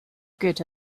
good